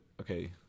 Okay